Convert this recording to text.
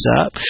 up